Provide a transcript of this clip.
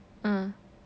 mm